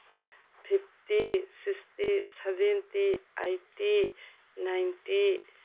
fifty sixty seventy eighty ninety